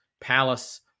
Palace